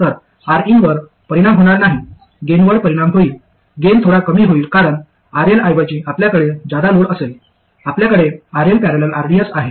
तर Rin वर परिणाम होणार नाही गेनवर परिणाम होईल गेन थोडा कमी होईल कारण RL ऐवजी आपल्याकडे जादा लोड असेल आपल्याकडे RL ।। rds आहे